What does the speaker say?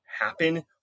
happen